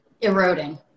Eroding